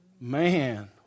Man